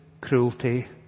cruelty